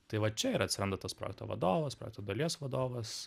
tai va čia ir atsiranda tas projekto vadovas projekto dalies vadovas